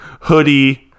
hoodie